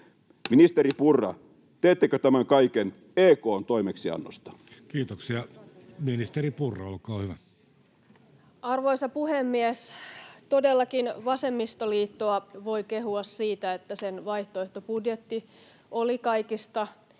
Ministeri Purra, teettekö tämän kaiken EK:n toimeksiannosta? Kiitoksia. — Ministeri Purra, olkaa hyvä. Arvoisa puhemies! Todellakin vasemmistoliittoa voi kehua siitä, että sen vaihtoehtobudjetti oli kaikista